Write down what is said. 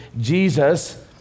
Jesus